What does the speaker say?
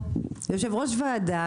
יושב-ראש ועדה,